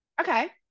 Okay